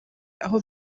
aho